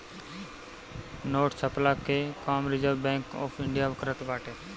note छ्पला कअ काम रिजर्व बैंक ऑफ़ इंडिया करत बाटे